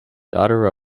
daughter